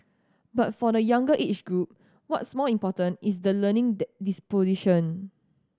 but for the younger age group what's more important is the learning disposition